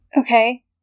Okay